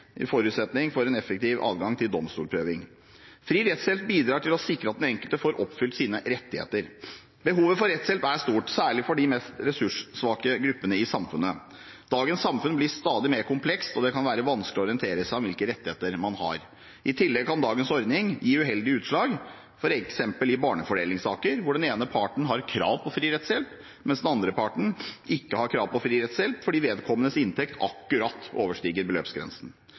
forutsetning for en effektiv adgang til domstolsprøving. Fri rettshjelp bidrar til å sikre at den enkelte får oppfylt sine rettigheter. Behovet for rettshjelp er stort, særlig for de mest ressurssvake gruppene i samfunnet. Dagens samfunn blir stadig mer komplekst, og det kan være vanskelig å orientere seg om hvilke rettigheter man har. I tillegg kan dagens ordning gi uheldige utslag, f.eks. i barnefordelingssaker der den ene parten har krav på fri rettshjelp, mens den andre parten ikke har krav på fri rettshjelp fordi vedkommendes inntekt akkurat overstiger beløpsgrensen.